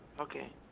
Okay